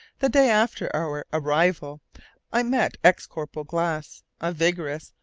the day after our arrival i met ex-corporal glass, a vigorous,